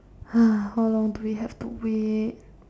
how long do we have to wait